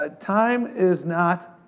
ah time is not